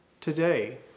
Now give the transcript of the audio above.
Today